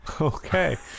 Okay